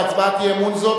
בהצבעת אי-אמון זו,